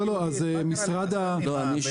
לא, לא, אז משרד --- לא, אני שואל.